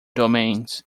domains